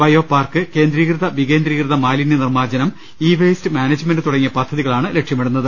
biopark കേന്ദ്രീ കൃത വികേന്ദ്രീകൃത മാലിന്യനിർമ്മാർജ്ജനം ഇ വേസ്റ്റ് മാനേജ്മെന്റ് തുടങ്ങിയ പദ്ധതികളാണ് ലക്ഷ്യമിടുന്നത്